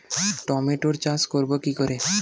টমেটোর চাষ করব কি করে?